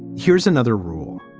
here's another rule.